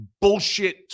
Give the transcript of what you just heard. bullshit